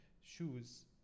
shoes